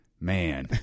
man